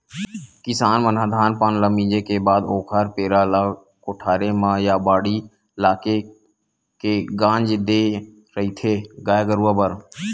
किसान मन ह धान पान ल मिंजे के बाद ओखर पेरा ल कोठारे म या बाड़ी लाके के गांज देय रहिथे गाय गरुवा बर